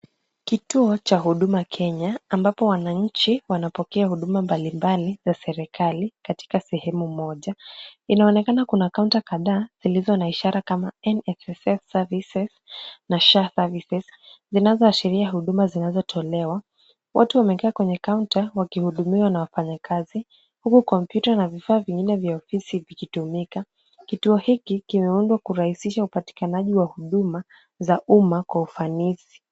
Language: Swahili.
Kituo cha Huduma Kenya ambapo wananchi wanapokea huduma mbalimbali za serikali katika sehemu moja. Inaonekana kuna kaunta kadhaa zilizo na ishara kama NSSF services na SHA service zinazoashiria huduma zinazotolewa. Watu wamekaa kwenye kaunta wakihudumiwa na wafanyikazi huku kompyuta na vifaa vingine vya ofisi vikitumika. Kituo hiki kimeundwa kurahisisha upatikanaji wa huduma za umma kwa ufanisi.